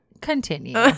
Continue